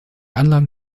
anlagen